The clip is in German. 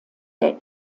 der